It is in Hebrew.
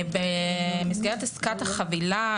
במסגרת עסקת החבילה,